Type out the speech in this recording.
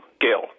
Gail